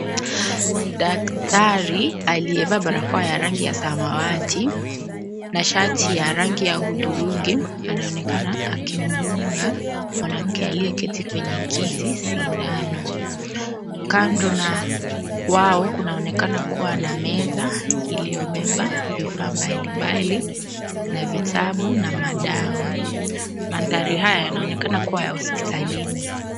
Daktari aliyevaa barakoa ya rangi ya samawati na shati ya rangi udhurungi anaonekana akimdunga mwanamke aliyeketi kwenye kiti shindano . kando na wao kunaonekana kuwa na meza iliuobeba vifaa mbalimbali na vitabu na madawa, Mandhari haya yanaonekana kuwa ya hospitalini.